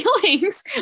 feelings